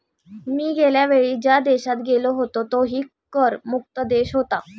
मी गेल्या वेळी ज्या देशात गेलो होतो तोही कर मुक्त देश होता